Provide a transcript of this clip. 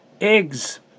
eggs